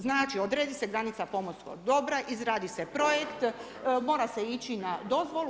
Znači odredi se granica pomorskog dobra, izradi se projekt, mora se ići na dozvolu.